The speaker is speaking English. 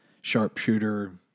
sharpshooter